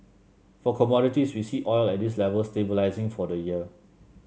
for commodities we see oil at this level stabilising for the year